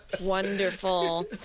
Wonderful